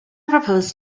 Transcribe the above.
proposed